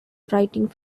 writing